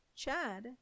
Chad